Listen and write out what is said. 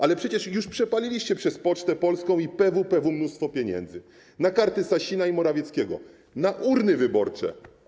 Ale przecież już przepaliliście przez Pocztę Polską i PWPW mnóstwo pieniędzy na karty Sasina i Morawieckiego, na urny wyborcze.